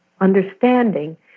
Understanding